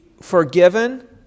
forgiven